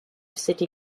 city